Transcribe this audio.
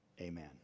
Amen